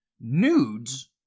nudes